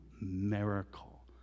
miracle